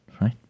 right